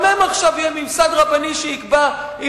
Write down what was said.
גם להם יהיה עכשיו ממסד רבני שיקבע אם